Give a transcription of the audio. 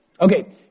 Okay